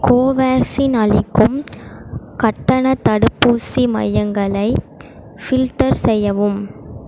கோவேக்சின் அளிக்கும் கட்டணத் தடுப்பூசி மையங்களை ஃபில்டர் செய்யவும்